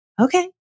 Okay